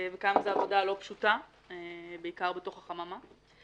וכמה זו עבודה לא פשוטה, בעיקר בתוך החממה.